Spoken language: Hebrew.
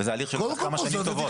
וזה הליך שלוקח כמה שנים טובות.